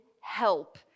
help